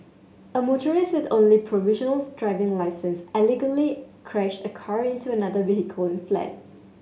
a motorist with only a provisional driving licence allegedly crashed a car into another vehicle and fled